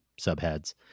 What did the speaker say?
subheads